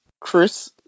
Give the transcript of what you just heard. Chris